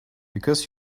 because